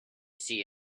see